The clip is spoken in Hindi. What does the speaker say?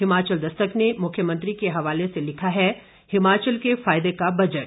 हिमाचल दस्तक ने मुख्यमंत्री के हवाले से लिखा है हिमाचल के फायदे का बजट